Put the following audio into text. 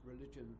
religion